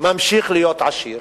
ממשיך להיות עשיר,